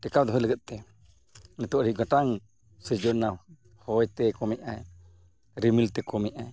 ᱴᱮᱠᱟᱣ ᱫᱚᱦᱚᱭ ᱞᱟᱹᱜᱤᱫ ᱛᱮ ᱱᱤᱛᱚᱜ ᱟᱹᱰᱤ ᱜᱚᱴᱟᱝ ᱥᱤᱨᱡᱚᱱ ᱨᱮᱱᱟᱜ ᱦᱚᱭᱛᱮ ᱠᱚᱢᱮᱜᱼᱟᱭ ᱨᱤᱢᱤᱞ ᱛᱮ ᱠᱚᱢᱮᱜᱼᱟᱭ